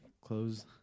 close